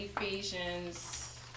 Ephesians